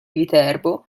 viterbo